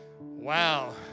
wow